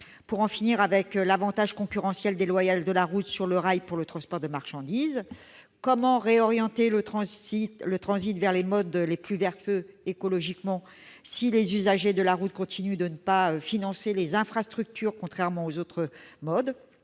pour en finir avec l'avantage concurrentiel déloyal dont bénéficie la route par rapport au rail pour le transport de marchandises. Comment réorienter le transit vers les voies de transport les plus vertueuses écologiquement si les usagers de la route continuent de ne pas financer les infrastructures, contrairement à ceux des autres modes